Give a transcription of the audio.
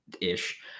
ish